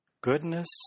goodness